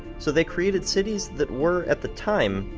so they created cities that were, at the time,